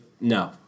No